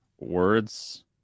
Words